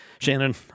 Shannon